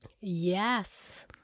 Yes